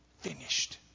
finished